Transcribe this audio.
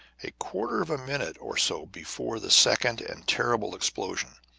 a quarter of a minute or so before the second and terrible explosion,